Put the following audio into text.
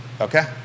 Okay